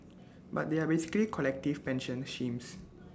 but they are basically collective pension schemes